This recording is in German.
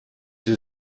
sie